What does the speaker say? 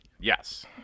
Yes